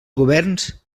governs